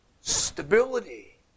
stability